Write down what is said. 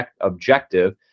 objective